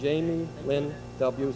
jane w